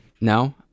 No